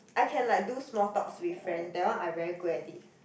I can like do small talks with friend that one I very good at it